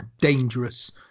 dangerous